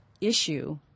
issue